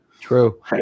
True